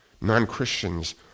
non-Christians